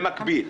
במקביל,